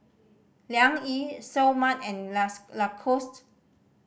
Liang Yi Seoul Mart and Lacoste